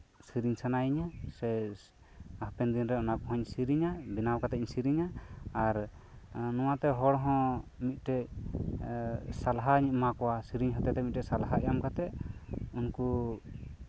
ᱥᱮᱨᱮᱧ ᱥᱟᱱᱟᱭᱤᱧᱟᱹ ᱥᱮ ᱦᱟᱯᱮᱱ ᱫᱤᱱ ᱨᱮ ᱚᱱᱟᱠᱚᱦᱚᱧ ᱥᱮᱨᱮᱧᱟ ᱥᱮ ᱵᱮᱱᱟᱣ ᱠᱟᱛᱮᱧ ᱥᱮᱨᱮᱧᱟ ᱟᱨ ᱱᱚᱶᱟᱛᱮ ᱦᱚᱲᱦᱚᱸ ᱢᱤᱫᱴᱮᱱ ᱥᱟᱞᱦᱟᱧ ᱮᱢᱟᱠᱚᱣᱟ ᱥᱤᱨᱤᱧ ᱦᱚᱛᱮ ᱛᱮ ᱢᱤᱫᱴᱮᱱ ᱥᱟᱞᱦᱟ ᱮᱢᱠᱟᱛᱮᱫ ᱩᱱᱠᱩ